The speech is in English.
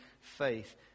faith